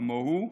כמוהו,